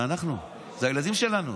זה אנחנו, זה הילדים שלנו.